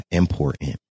important